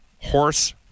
Horse